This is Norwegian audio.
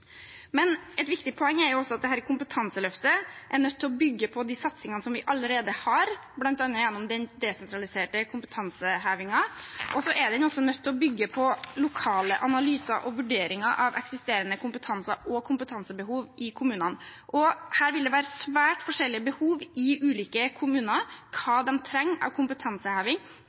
Et viktig poeng er at dette kompetanseløftet er nødt til å bygge på de satsingene vi allerede har, bl.a. gjennom den desentraliserte kompetansehevingen. Så er det også nødt til å bygge på lokale analyser og vurderinger av eksisterende kompetanse og kompetansebehov i kommunene. Her vil det være svært forskjellige behov i ulike kommuner for hva de trenger av kompetanseheving